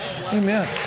Amen